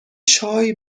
چای